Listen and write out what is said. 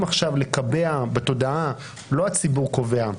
עכשיו לקבע בתודעה: לא הציבור קובע,